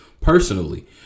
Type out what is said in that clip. personally